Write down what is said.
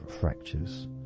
fractures